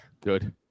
Good